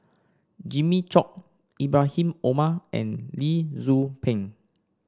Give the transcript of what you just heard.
Jimmy Chok Ibrahim Omar and Lee Tzu Pheng